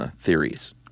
theories